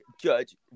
judge